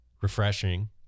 refreshing